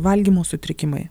valgymo sutrikimai